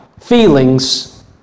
feelings